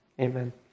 amen